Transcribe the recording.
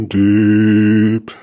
deep